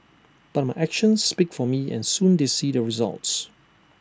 but my actions speak for me and soon they see the results